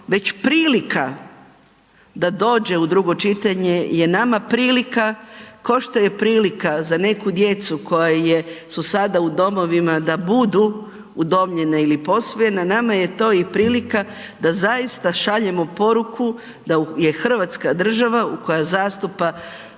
Već prilika da dođe u drugo čitanje je nama prilika ko što je prilika za neku djecu koja su sada u domovima da budu udomljena ili posvojena nama je to i prilika da zaista šaljemo poruku da je Hrvatska država koja zastupa